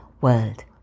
world